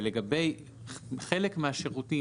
לגבי חלק מהשירותים,